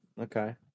okay